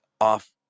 off